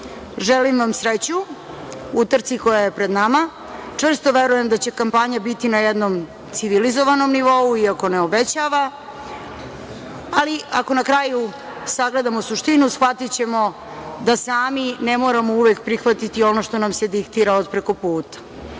želim vam sreću u trci koja je pred nama. Čvrsto verujem da će kampanja biti na jednom civilizovanom nivou, iako ne obećava, ali ako na kraju sagledamo suštinu shvatićemo da sami ne moramo uvek prihvatiti ono što nam se diktira od prekoputa.